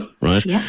right